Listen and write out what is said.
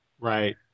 Right